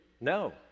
No